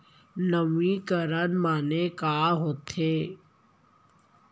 नवीनीकरण माने का होथे?